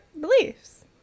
beliefs